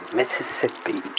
Mississippi